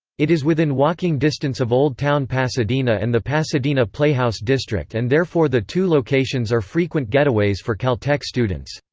it is within walking distance of old town pasadena and the pasadena playhouse district and therefore the two locations are frequent getaways for caltech students.